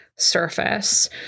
surface